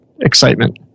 excitement